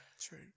true